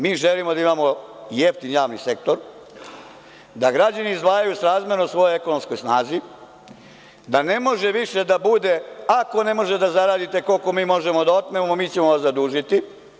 Mi želimo da imamo jeftin javni sektor, da građani izdvajaju srazmerno svojoj ekonomskoj snazi, da ne može više da bude – ako ne možete da zaradite koliko mi možemo da otmemo, mi ćemo vas zadužiti.